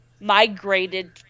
migrated